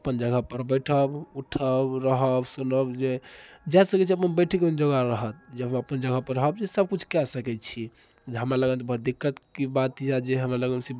अपन जगह पर बैठब उठब रहब सुनब जे जाए सकैत छी अपन बैठेके जोगार रहत जब हम अपन जगह पर रहब जे सब किछु कै सकैत छी हमरा लगन पर दिक्कत कि बात यऽ जे हमरा लगन सीट